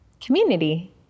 community